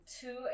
two